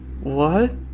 What